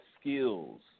skills